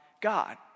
God